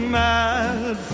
mad